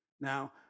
Now